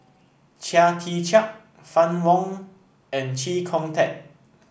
Chia Tee Chiak Fann Wong and Chee Kong Tet